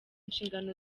inshingano